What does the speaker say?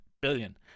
billion